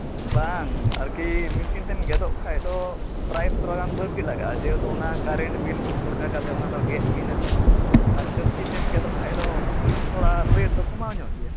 ᱵᱟᱝ ᱟᱨᱠᱤ ᱢᱮᱥᱤᱱ ᱛᱮᱢ ᱜᱮᱫᱚᱜ ᱠᱷᱟᱱ ᱫᱚ ᱯᱨᱟᱭᱤᱥ ᱛᱷᱚᱲᱟ ᱜᱟᱱ ᱵᱟᱹᱲᱛᱤ ᱞᱟᱜᱟᱜᱼᱟ ᱡᱮᱦᱮᱛᱩ ᱚᱱᱟ ᱠᱟᱨᱮᱱᱴ ᱵᱤᱞ ᱠᱷᱚᱨᱪᱟ ᱠᱟᱛᱮᱫ ᱚᱱᱟ ᱫᱚ ᱜᱮᱫ ᱦᱩᱭᱮᱱᱟ ᱟᱨ ᱠᱟᱹᱯᱪᱤ ᱛᱮᱢ ᱜᱮᱫᱚᱜ ᱠᱷᱟᱱ ᱫᱚ ᱛᱷᱚᱲᱟ ᱨᱮᱹᱴ ᱫᱚ ᱠᱚᱢᱟᱣ ᱧᱚᱜ ᱜᱮᱭᱟ